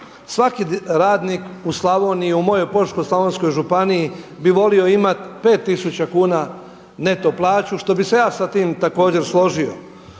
Svaki radnik u Slavoniji u mojoj Požeško-slavonskoj županiji bi voio imati 5000 kuna neto plaću što bih se ja sa tim također složio.